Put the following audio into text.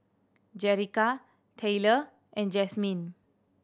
Jerica Tyler and Jasmyne